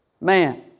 man